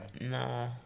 Nah